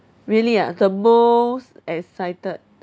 really ah the most excited